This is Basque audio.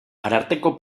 ararteko